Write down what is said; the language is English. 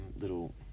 little